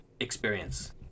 experience